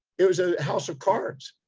it was a house of cards.